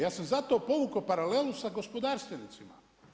Ja sam zato povukao paralelu sa gospodarstvenicima.